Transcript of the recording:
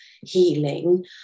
healing